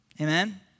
Amen